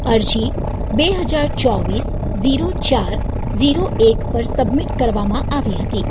અરજી બે હજાર ચોવીસ ઝીરો ચાર ઝીરો એક પર સબમિટ કરવામાં આવી હતી